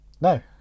No